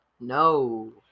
No